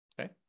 Okay